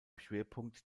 schwerpunkt